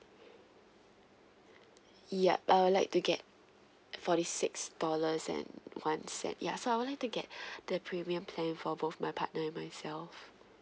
yup uh I'd like to get forty six dollars and one cent yes I'd like to get the premium plan for both my partner and myself